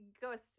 go